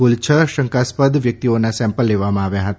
કુલ છ શંકાસ્પદક વ્યકિતઓનાં સેમ્પલ લેવામાં આવ્યા હતા